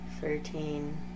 Thirteen